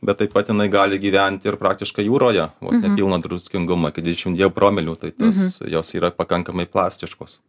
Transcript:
bet taip pat jinai gali gyvent ir praktiškai jūroje vos ne pilną druskingumą iki dvidešim dviejų promilių tai tas jos yra pakankamai plastiškos